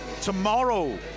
tomorrow